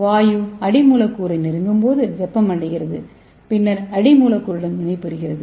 வாயு அடி மூலக்கூறை நெருங்கும்போது வெப்பமடைகிறதுபின்னர் அடி மூலக்கூறுடன் வினைபுரிகிறது